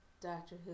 Doctor